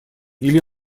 или